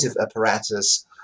apparatus